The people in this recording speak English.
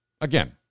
Again